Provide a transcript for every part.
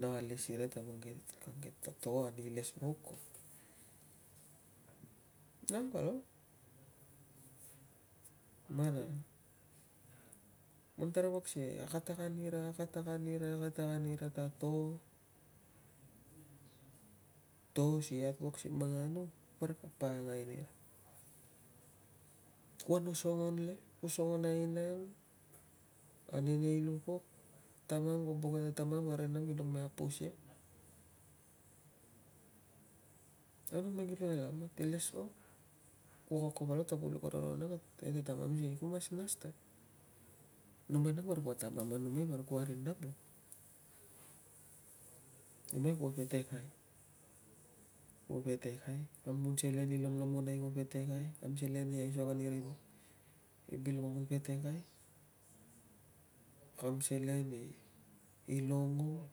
No alis ira ta mang ke to ni ilesvauk ko, nang palau. Man a tara wuak si akatak anira, akatak anira akatak anira ta to- to si at wuak si manganu parik kua pakangai nia. Kuan osongon le, osongon a aina ang ane nei lu pok, taman kuo buk a tamam a ri nam kilong me apus ia. Au na man kila mat ilesvauk, kuo koko palau ta kuo luk a roron ang si tamam. Ku mas nas ta numai nang parik kua tamam a rinam, numai kuo petekai kuo petekai. Kam kun selen i lomlomonai ko petekai, kam selen i aisog ani ri bil ko petekai, kam selen i longong,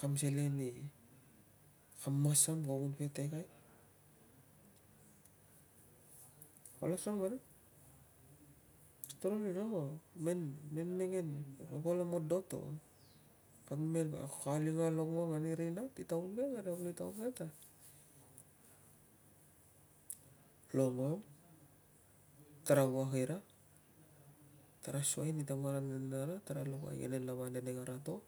kam selen i masam ko kun petekai. Kolo asukang vanang, kovek i ro. Men mengen i vil amodot o kalinga longong ani ri nat i taun ke tari nat i taun ke ta longong tara auak ira. Tara suai ni tamara, rinara. Tara luk a igenen lava ane nei kara to.